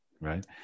Right